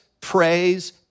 praise